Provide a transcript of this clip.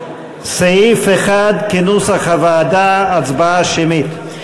סעיף 1, כנוסח הוועדה, הצבעה שמית.